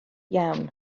iawn